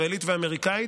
ישראלית ואמריקנית,